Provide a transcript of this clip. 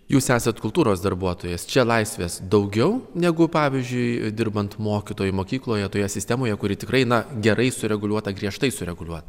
jūs esat kultūros darbuotojas čia laisvės daugiau negu pavyzdžiui dirbant mokytoju mokykloje toje sistemoje kuri tikrai na gerai sureguliuota griežtai sureguliuota